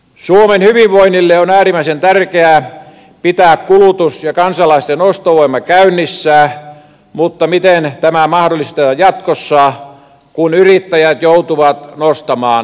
suomen hyvinvoinnille on äärimmäisen tärkeää pitää kulutus ja kansalaisten ostovoima käynnissä mutta miten tämä mahdollistetaan jatkossa kun yrittäjät joutuvat nostamaan hintojaan